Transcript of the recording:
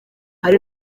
hari